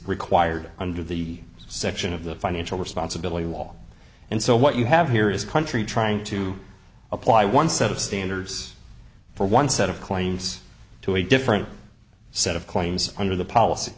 required under the section of the financial responsibility law and so what you have here is country trying to apply one set of standards for one set of claims to a different set of claims under the policy